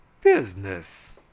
business